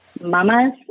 Mamas